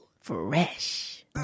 Fresh